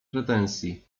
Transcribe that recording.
pretensji